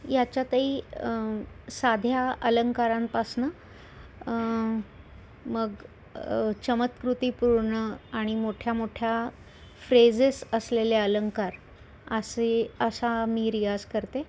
याच्यातही साध्या अलंकारांपासनं मग चमत्कृतीपूर्ण आणि मोठ्या मोठ्या फ्रेझेस असलेले अलंकार असे असा मी रियाज करते